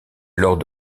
alors